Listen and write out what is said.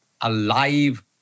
alive